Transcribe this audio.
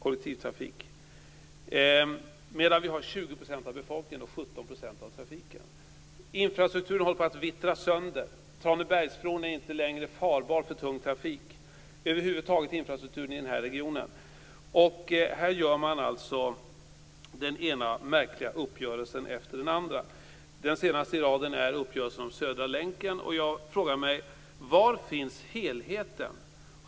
Men här finns Infrastrukturen håller på att vittra sönder i regionen. Tranebergsbron är inte längre farbar för tung trafik. Här görs den ena märkliga uppgörelsen efter den andra. Den senaste i raden är uppgörelsen om Södra länken. Var finns helheten?